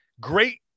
great